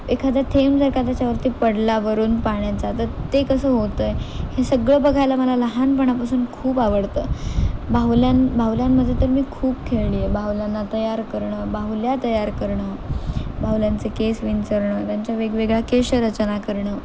एखादा थेंब जर का त्याच्यावरती पडला वरून पाण्याचा तर ते कसं होतं आहे हे सगळं बघायला मला लहानपणापासून खूप आवडतं बाहुल्यां बाहुल्यांमध्ये तर मी खूप खेळली आहे बाहुल्यांना तयार करणं बाहुल्या तयार करणं बाहुल्यांचे केस विचरणं त्यांच्या वेगवेगळ्या केशरचना करणं